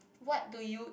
what do you